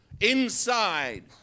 inside